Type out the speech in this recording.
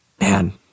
man